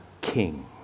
king